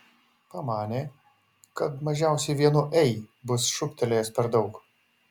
pamanė kad mažiausiai vienu ei bus šūktelėjęs per daug